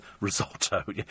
risotto